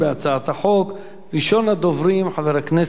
ראשון הדוברים, חבר הכנסת ניצן הורוביץ.